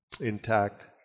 intact